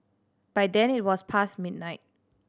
by then it was past midnight